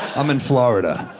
i'm in florida,